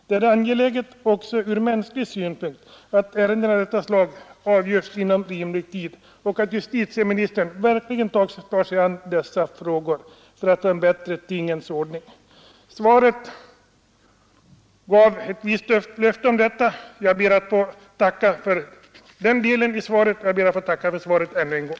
Det är angeläget även ur mänsklig synpunkt att ärenden av detta slag avgörs inom rimlig tid och att justitieministern verkligen tar sig an dessa frågor för att få en bättre tingens ordning Svaret gav ett visst löfte om detta, och jag ber att få tacka för svaret ännu en gång.